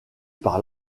pour